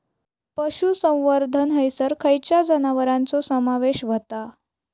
पशुसंवर्धन हैसर खैयच्या जनावरांचो समावेश व्हता?